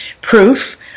proof